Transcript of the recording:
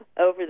over